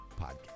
podcast